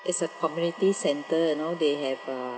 it's a community center you know they have uh